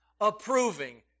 approving